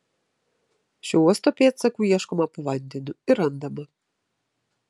šio uosto pėdsakų ieškoma po vandeniu ir randama